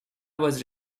was